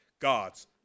God's